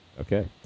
Okay